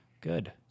Good